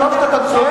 מרוב שאתה צועק,